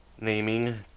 naming